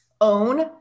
own